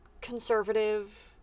conservative